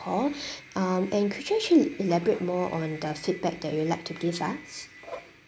call um and could you actually elaborate more on the feedback that you'd like to give us